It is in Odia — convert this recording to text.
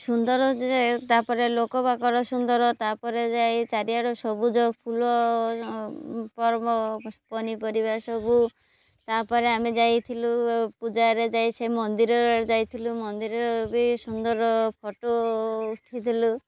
ସୁନ୍ଦର ଯେ ତା'ପରେ ଲୋକବାକର ସୁନ୍ଦର ତା'ପରେ ଯାଇ ଚାରିଆଡ଼ୁ ସବୁଜ ଫୁଲ ପର୍ବ ପନିପରିବା ସବୁ ତା'ପରେ ଆମେ ଯାଇଥିଲୁ ପୂଜାରେ ଯାଇ ସେ ମନ୍ଦିର ଯାଇଥିଲୁ ମନ୍ଦିରରେ ବି ସୁନ୍ଦର ଫଟୋ ଉଠେଇଥିଲୁ